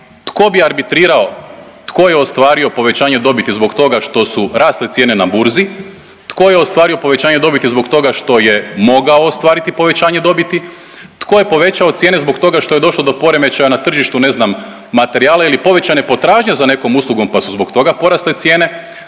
tko bi arbitrirao, tko je ostvario povećanje dobiti zbog toga što su rasle cijene na burzi, tko je ostvario povećanje dobiti zbog toga što je mogao ostvariti povećanje dobiti, tko je povećao cijene zbog toga što je došlo do poremećaja na tržištu ne znam materijala ili povećane potražnje za nekom uslugom, pa su zbog toga porasle cijene,